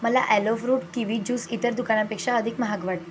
मला Allofruit kiwi juice इतर दुकानांपेक्षा अधिक महाग वाटतो